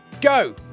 go